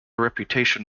reputation